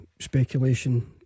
Speculation